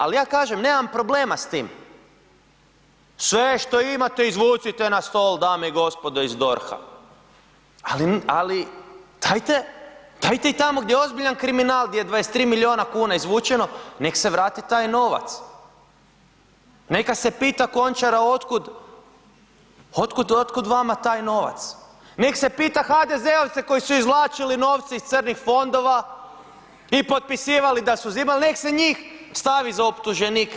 Ali ja kažem nemam problema s tim, sve što imate izvucite na stol dame i gospodo iz DORH-a, ali dajte i tamo gdje je ozbiljan kriminal gdje je 23 miliona kuna izvučeno nek se vrati taj novac, neka se pita Končara od kud vama taj novac, nek se pita HDZ-ovce koji su izvlačili novce iz crnih fondova i potpisivali da su uzimali nek se njih stavi za optuženika.